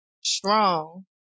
strong